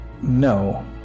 No